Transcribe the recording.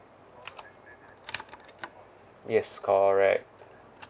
yes correct